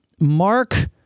Mark